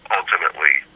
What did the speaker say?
ultimately